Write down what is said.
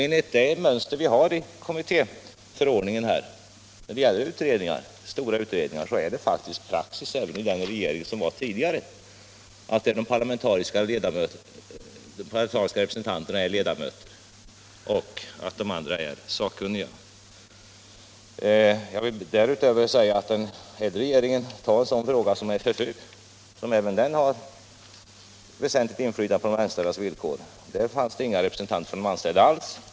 Enligt kommittéförordningens mönster när det gäller stora utredningar är det praxis — det var det även på den tidigare regeringens tid — att de parlamentariska representanterna är ledamöter och de andra sakkunniga. Jag vill därutöver nämna apropå den tidigare regeringen att i t.ex. 13 FFU, en utredning som även den har väsentligt inflytande på de anställdas villkor, fanns det inga representanter för de anställda alls.